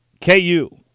KU